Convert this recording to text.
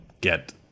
get